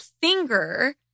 finger